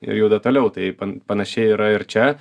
ir juda toliau taip pan panašiai yra ir čia